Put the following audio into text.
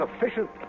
efficient